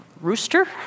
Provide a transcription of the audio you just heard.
rooster